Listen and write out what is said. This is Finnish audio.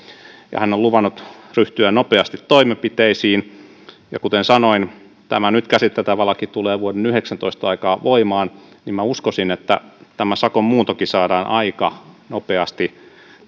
ja hän on luvannut ryhtyä nopeasti toimenpiteisiin ja kuten sanoin kun tämä nyt käsiteltävä laki tulee vuoden yhdeksäntoista aikana voimaan niin minä uskoisin että tämä sakon muuntokin saadaan aika nopeasti